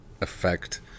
effect